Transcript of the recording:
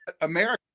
America